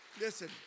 listen